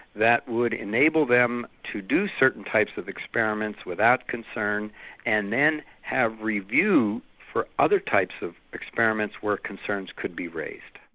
that would enable them to do certain types of experiments without concern and then have review for other types of experiments where concerns could be raised.